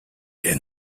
and